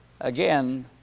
Again